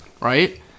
right